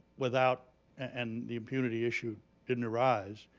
without and the impunity issue didn't arise,